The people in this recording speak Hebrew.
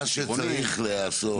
מה שצריך לעשות,